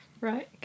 Right